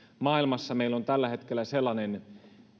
maailmassa meillä on tällä hetkellä sellainen